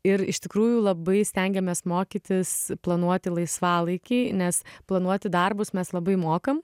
ir iš tikrųjų labai stengiamės mokytis planuoti laisvalaikį nes planuoti darbus mes labai mokam